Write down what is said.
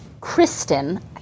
Kristen